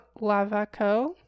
Lavaco